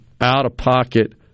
out-of-pocket